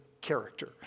character